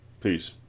Peace